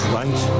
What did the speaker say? right